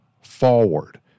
forward